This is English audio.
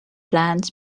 plants